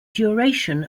duration